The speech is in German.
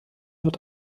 wird